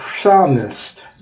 psalmist